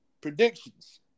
predictions